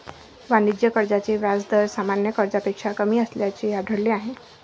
वाणिज्य कर्जाचे व्याज दर सामान्य कर्जापेक्षा कमी असल्याचे आढळले आहे